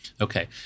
Okay